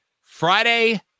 Friday